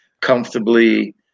comfortably